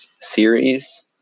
series